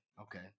okay